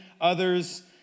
others